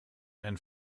and